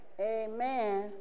Amen